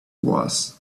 was